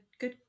good